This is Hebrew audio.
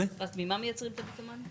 ממה מייצרים את הביטומן?